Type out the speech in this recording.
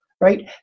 right